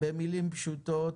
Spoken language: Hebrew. במילים פשוטות,